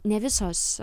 ne visos